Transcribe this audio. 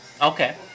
Okay